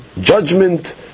judgment